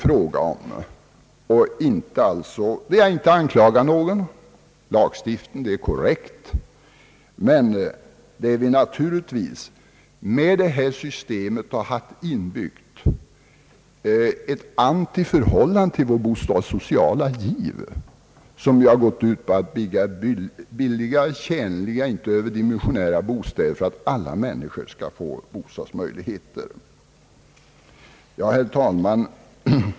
Jag vill inte anklaga någon. Lagstiftningen är korrekt. Men i det här systemet finns inbyggt ett antiförhållande till våra bostadssociala strävanden, som ju har gått ut på att bygga billiga, tjänliga, inte överdimensionerade bostäder för att alla människor skall få bostadsmöjligheter. Herr talman!